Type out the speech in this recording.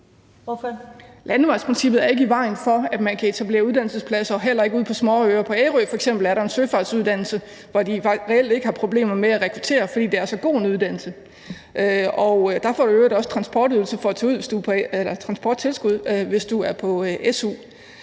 Landevejsprincippet er ikke i vejen for, at man kan etablere uddannelsespladser, heller ikke ude på småøerne. På Ærø er der f.eks. en søfartsuddannelse, hvor de reelt ikke har problemer med at rekruttere, fordi det er så god en uddannelse. Der får man i øvrigt også transporttilskud for at tage ud, hvis man er på su.